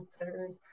answers